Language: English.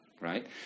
right